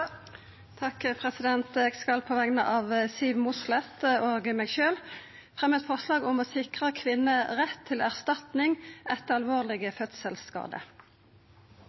På vegner av Siv Mossleth og meg sjølv vil eg fremja eit forslag om å sikra kvinner rett til erstatning etter alvorlege